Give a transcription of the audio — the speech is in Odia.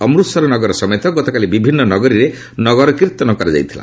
ଅମୃତସର ନଗର ସମେତ ଗତକାଲି ବିଭିନ୍ନ ନଗରୀରେ ନଗର କୀର୍ତ୍ତନ କରାଯାଇଥିଲା